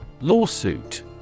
Lawsuit